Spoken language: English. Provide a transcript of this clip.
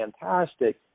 fantastic